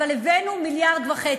אבל הבאנו 1.5 מיליארד.